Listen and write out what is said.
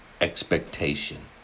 expectation